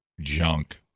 junk